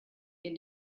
get